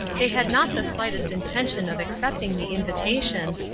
they had not the slightest intention of accepting the invitation,